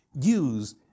use